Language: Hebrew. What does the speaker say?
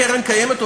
לקרן קיימת,